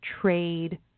trade